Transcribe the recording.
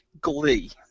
glee